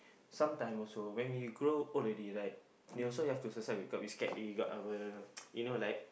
sometime also when we grow old already like you also you have to exercise because we scared we got our you know like